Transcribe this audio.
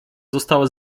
została